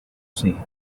say